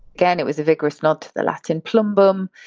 again, it was a vigorous nod to the latin plumbum,